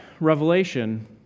Revelation